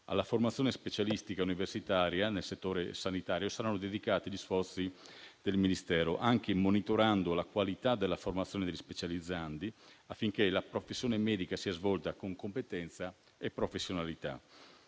Alla formazione specialistica universitaria nel settore sanitario saranno dedicati gli sforzi del Ministero anche monitorando la qualità della formazione degli specializzandi, affinché la professione medica sia svolta con competenza e professionalità.